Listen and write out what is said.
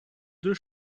deux